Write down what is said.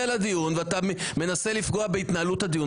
לדיון ואתה מנסה לפגוע בהתנהלות הדיון.